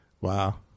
Wow